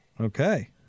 Okay